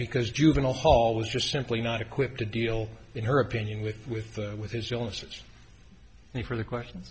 because juvenile hall was just simply not equipped to deal in her opinion with with the with his illnesses and her the question